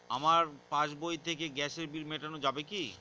আমার পাসবই থেকে গ্যাসের বিল মেটানো যাবে কি?